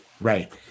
Right